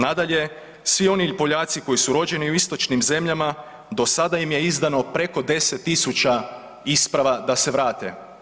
Nadalje, svi oni Poljaci koji su rođeni u istočnim zemljama do sada im je izdano preko 10 000 isprava da se vrate.